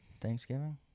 Thanksgiving